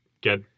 get